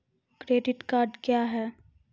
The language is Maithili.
क्रेडिट कार्ड क्या हैं?